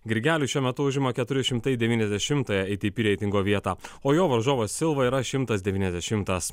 grigelis šiuo metu užima keturi šimtai devyniasdešimtąją ei ty py reitingo vietą o jo varžovas silva yra šimtas devyniasdešimtas